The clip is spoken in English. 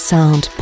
Sound